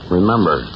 remember